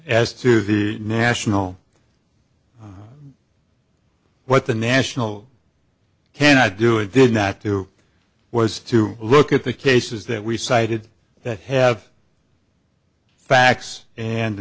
as to the national what the national can i do it did not do was to look at the cases that we cited that have facts and